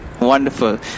wonderful